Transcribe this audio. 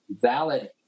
valid